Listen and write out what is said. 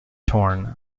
torn